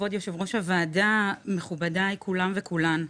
כבוד יושב ראש הוועדה, מכובדיי כולם וכולן.